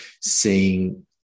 seeing –